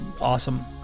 Awesome